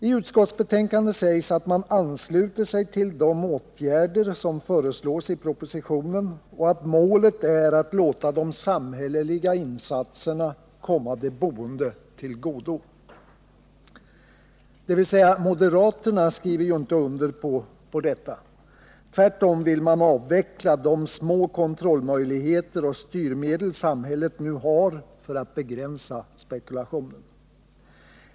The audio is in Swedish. I utskottsbetänkandet sägs att man ansluter sig till de åtgärder som föreslås i propositionen och att målet är att låta de samhälleliga insatserna komma de boende till godo. Dvs. moderaterna skriver ju inte under på detta. Tvärtom vill de avveckla de små kontrollmöjligheter och styrmedel samhället nu har för att begränsa spekulationen.